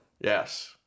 Yes